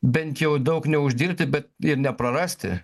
bent jau daug neuždirbti bet ir neprarasti